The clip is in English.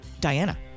Diana